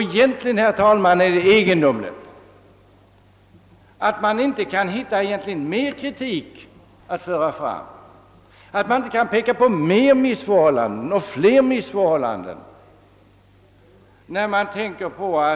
Egentligen är det, herr talman, egendomligt att man inte kan hitta mer kritik att föra fram, att man inte kan peka på fler missförhållanden.